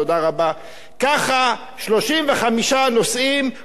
ככה 35 נוסעים אומרים לו: תודה רבה,